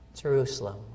Jerusalem